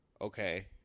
okay